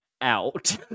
Out